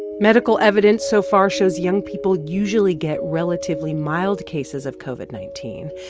medical evidence so far shows young people usually get relatively mild cases of covid nineteen.